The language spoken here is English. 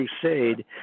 Crusade